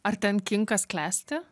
ar ten kinkas klesti